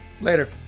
Later